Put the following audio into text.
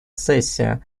сессия